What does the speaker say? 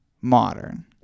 modern